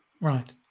right